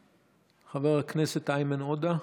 חבר הכנסת איימן עודה,